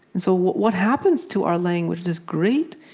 and so what what happens to our language, this great,